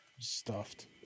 stuffed